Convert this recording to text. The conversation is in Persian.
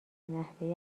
نحوه